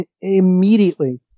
immediately